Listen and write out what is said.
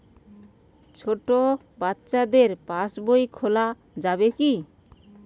ছোট বাচ্চাদের পাশবই খোলা যাবে কি?